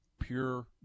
pure